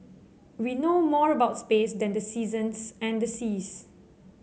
we know more about space than the seasons and the seas